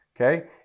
Okay